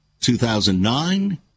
2009